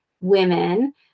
women